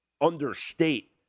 understate